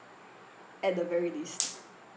at the very least